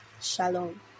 Shalom